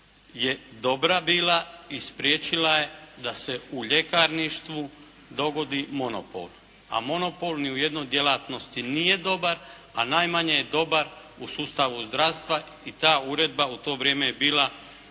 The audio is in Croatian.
je dobra bila i spriječila je da se u ljekarništvu dogodi monopol. A monopol niti u jednoj djelatnosti nije dobar a najmanje je dobar u sustavu zdravstva i ta uredba u to vrijeme je bila